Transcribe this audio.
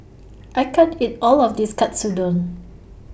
I can't eat All of This Katsudon